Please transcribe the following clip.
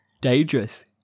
Dangerous